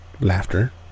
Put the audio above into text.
laughter